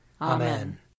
Amen